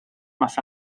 más